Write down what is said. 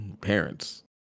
Parents